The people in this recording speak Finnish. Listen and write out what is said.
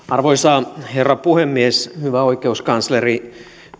arvoisa herra puhemies hyvä oikeuskansleri